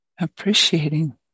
Appreciating